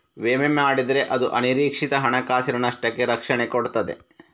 ವಿಮೆ ಮಾಡಿದ್ರೆ ಅದು ಅನಿರೀಕ್ಷಿತ ಹಣಕಾಸಿನ ನಷ್ಟಕ್ಕೆ ರಕ್ಷಣೆ ಕೊಡ್ತದೆ